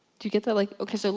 you get that? like ok, so